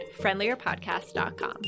friendlierpodcast.com